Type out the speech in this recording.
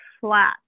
flat